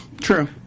True